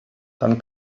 dann